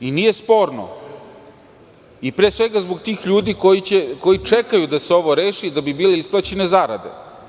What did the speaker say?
To nije sporno, pre svega zbog tih ljudi koji čekaju da se ovo reši, da bi bile isplaćene zarade.